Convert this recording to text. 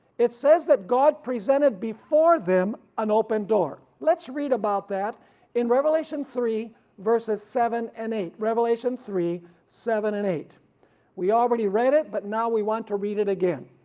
it says that god presented before them an open door. let's read about that in revelation three verses seven and eight, revelation three seven and eight we already read it but now we want to read it again.